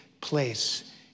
place